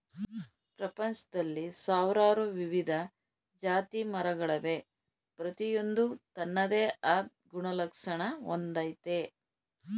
ಪ್ರಪಂಚ್ದಲ್ಲಿ ಸಾವ್ರಾರು ವಿವಿಧ ಜಾತಿಮರಗಳವೆ ಪ್ರತಿಯೊಂದೂ ತನ್ನದೇ ಆದ್ ಗುಣಲಕ್ಷಣ ಹೊಂದಯ್ತೆ